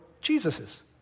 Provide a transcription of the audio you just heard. Jesus's